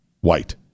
white